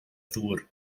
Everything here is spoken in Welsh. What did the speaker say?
ddŵr